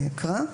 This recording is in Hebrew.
אני אקרא.